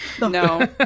no